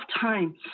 times